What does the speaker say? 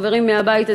חברים מהבית,